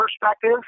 perspective